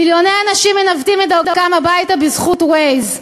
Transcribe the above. מיליוני אנשים מנווטים את דרכם הביתה בזכות Waze.